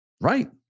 right